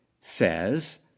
says